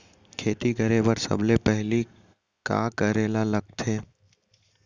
खेती करे बर सबले पहिली का करे ला लगथे?